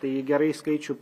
tai gerai skaičių